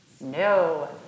No